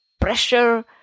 pressure